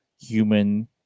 human